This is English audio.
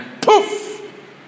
poof